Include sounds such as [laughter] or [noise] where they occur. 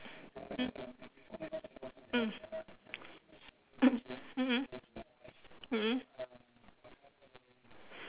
mm mm [coughs] mmhmm mmhmm